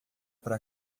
para